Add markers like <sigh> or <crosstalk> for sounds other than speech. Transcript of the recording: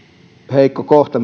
heikko kohta <unintelligible>